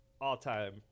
all-time